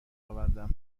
اوردم